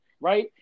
right